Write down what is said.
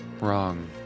Wrong